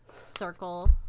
circle